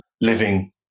living